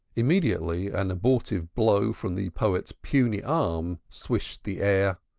immediately an abortive blow from the poet's puny arm swished the air.